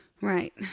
Right